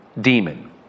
demon